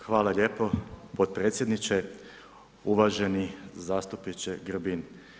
Hvala lijepo potpredsjedniče, uvaženi zastupniče Grbin.